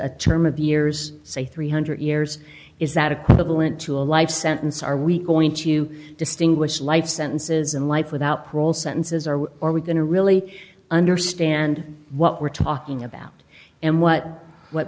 a term of years say three hundred years is that equivalent to a life sentence are we going to distinguish life sentences and life without parole sentences or are we going to really understand what we're talking about and what what